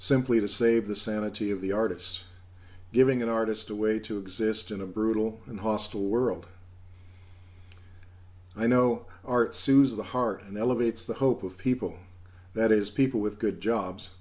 simply to save the sanity of the artist giving an artist a way to exist in a brutal and hostile world i know art sues the heart and elevates the hope of people that is people with good jobs